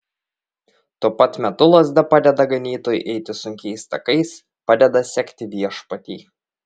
tuo pat metu lazda padeda ganytojui eiti sunkiais takais padeda sekti viešpatį